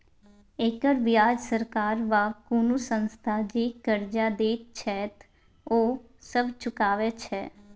एकर बियाज सरकार वा कुनु संस्था जे कर्जा देत छैथ ओ सब चुकाबे छै